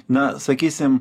na sakysim